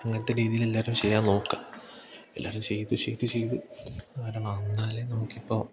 അങ്ങനത്തെ രീതിയിലെല്ലാവരും ചെയ്യാൻ നോക്കുക എല്ലാവരും ചെയ്ത് ചെയ്ത് ചെയ്ത് കാരണം എന്നാലേ നമുക്കിപ്പോൾ